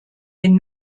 den